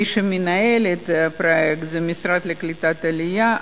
מי שמנהל את הפרויקט זה המשרד לקליטת עלייה,